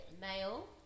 Male